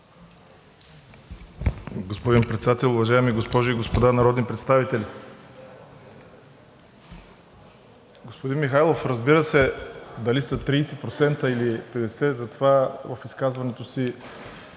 Господин Председател, уважаеми госпожи и господа народни представители! Господин Михайлов, разбира се, дали са 30% или 50%, затова в изказването си